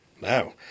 Now